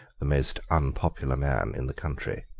the most unpopular man in the country.